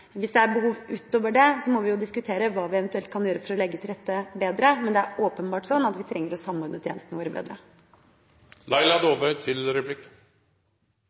Hvis det er behov utover det, må vi diskutere hva vi eventuelt kan gjøre for å legge bedre til rette. Men det er åpenbart sånn at vi trenger å samordne tjenestene våre bedre. Det er jo slik at vi har ratifisert konvensjonen, og det